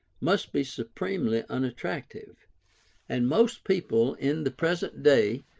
must be supremely unattractive and most people, in the present day,